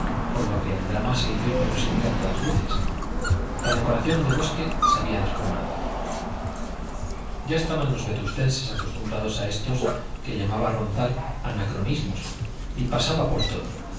con lo que el drama se hizo inverosímil a todas luces la decoración de bosque se había desplomado ya estaban los vetustenses acostumbrados a estos que llamaba ronzal anacronismos y pasaban por todo